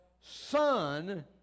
Son